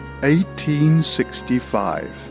1865